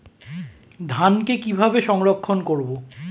ধানকে কিভাবে সংরক্ষণ করব?